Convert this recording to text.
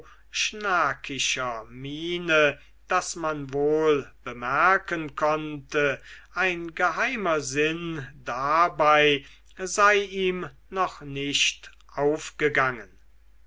schnackischer miene daß man wohl bemerken konnte ein geheimer sinn dabei sei ihm noch nicht aufgegangen